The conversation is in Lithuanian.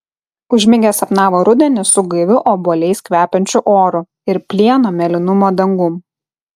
užmigęs sapnavo rudenį su gaiviu obuoliais kvepiančiu oru ir plieno mėlynumo dangum